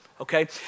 Okay